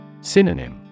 Synonym